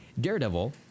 Daredevil